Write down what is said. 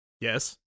Yes